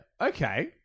Okay